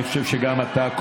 אני חושב שגם אתה.